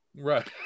Right